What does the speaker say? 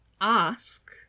ask